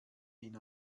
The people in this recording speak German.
ihn